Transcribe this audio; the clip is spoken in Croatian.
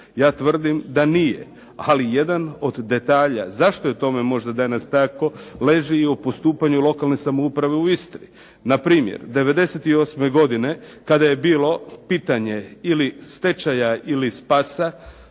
Ja tvrdim da nije, ali jedan od detalja zašto je tome možda danas tako leži i u postupanju lokalne samouprave u Istri. Npr. '98. godine kada je bilo pitanje ili stečaja ili spasa,